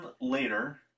later